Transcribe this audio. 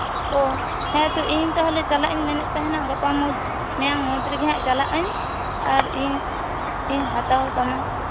ᱚ ᱦᱮᱸᱛᱚ ᱤᱧ ᱛᱟᱦᱚᱞᱮ ᱪᱟᱞᱟᱜ ᱤᱧ ᱢᱮᱱᱮᱫ ᱛᱟᱦᱮᱱᱟ ᱜᱟᱯᱟ ᱢᱩᱫᱽ ᱢᱮᱭᱟᱝ ᱢᱩᱫᱽ ᱨᱮᱜᱮ ᱦᱟᱸᱜ ᱪᱟᱞᱟᱜ ᱟᱹᱧ ᱟᱨ ᱤᱧ ᱤᱧ ᱦᱟᱛᱟᱣ ᱛᱟᱢᱟ